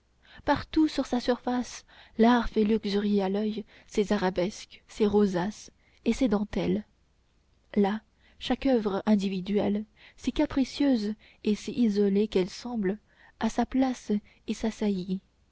partout sur sa surface l'art fait luxurier à l'oeil ses arabesques ses rosaces et ses dentelles là chaque oeuvre individuelle si capricieuse et si isolée qu'elle semble a sa place et sa saillie